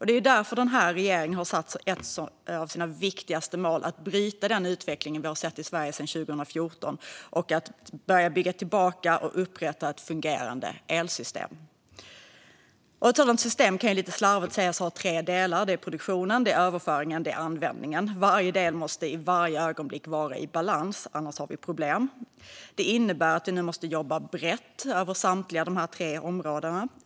Det är därför regeringen har satt som ett av sina viktigaste mål att bryta den utveckling vi har sett i Sverige sedan 2014 och att börja bygga tillbaka och upprätta ett fungerande elsystem. Ett sådant system kan lite slarvigt sägas ha tre delar. Det är produktionen, överföringen och användningen. Varje del måste i varje ögonblick vara i balans, annars har vi problem. Det innebär att vi nu måste jobba brett över samtliga dessa tre områden.